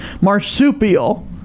Marsupial